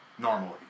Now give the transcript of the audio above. Normally